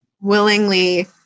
willingly